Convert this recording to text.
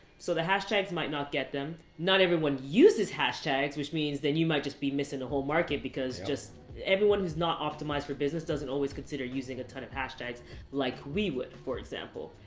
so the hashtags might not get them. not everyone uses hashtags, which means then you might just be missing a whole market, because just everyone who's not optimized for business, doesn't always consider using a ton of hashtags like we would, for example.